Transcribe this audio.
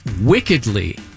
wickedly